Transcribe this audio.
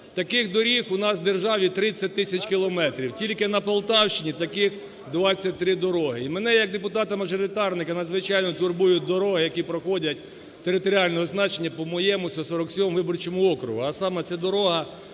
Таких доріг у нас в державі 30 тисяч кілометрів. Тільки на Полтавщині таких 23 дороги. І мене як депутата-мажоритарника надзвичайно турбують дороги, які проходять, територіального значення, по моєму 147 виборчому округу.